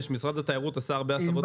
משרד התיירות עשה הרבה הסבות מקצועיות.